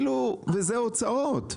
זה לא רק משרד הבריאות,